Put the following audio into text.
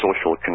social